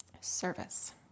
Service